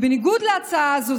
בניגוד להצעה הזאת,